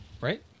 Right